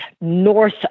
North